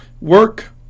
Work